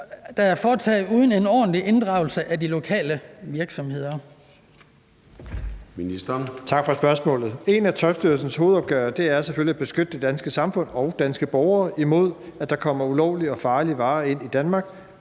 der er foregået uden en ordentlig inddragelse af de lokale virksomheder?